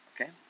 Okay